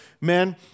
man